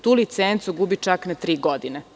Tu licencu gubi čak na tri godine.